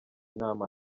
inama